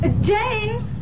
Jane